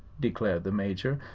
declared the major,